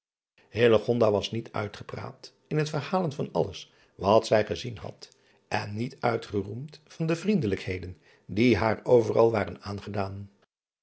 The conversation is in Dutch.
was niet uitgepraat in het verhalen van alles wat zij gezien had en niet uitgeroemd van de vriendelijkheden die haar overal waren aangedaan